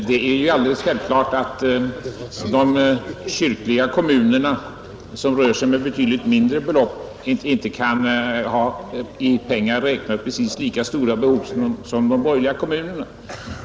Herr talman! Det är alldeles självklart att de kyrkliga kommunerna, som rör sig med betydligt mindre belopp, inte kan ha i pengar räknat precis lika stora behov som de borgerliga kommunerna.